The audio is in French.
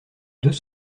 deux